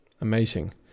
Amazing